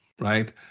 right